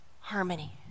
harmony